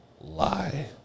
Lie